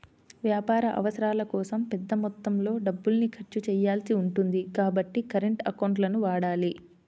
వ్యాపార అవసరాల కోసం పెద్ద మొత్తంలో డబ్బుల్ని ఖర్చు చేయాల్సి ఉంటుంది కాబట్టి కరెంట్ అకౌంట్లను వాడాలి